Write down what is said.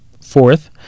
Fourth